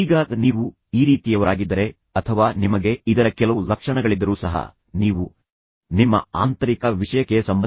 ಅಥವಾ ನೀವು ಅವರನ್ನು ನೆಚ್ಚಿನ ರೆಸ್ಟೋರೆಂಟ್ಗೆ ಕರೆದೊಯ್ಯುತ್ತೀರಿ ಅಲ್ಲಿ ಅವರು ಉತ್ತಮ ಆಹಾರವನ್ನು ತಿನ್ನಲು ಬಯಸುತ್ತಾರೆ